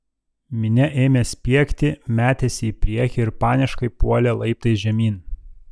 minia ėmė spiegti metėsi į priekį ir paniškai puolė laiptais žemyn